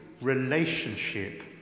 relationship